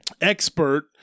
expert